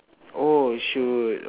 oh sure